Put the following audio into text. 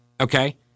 Okay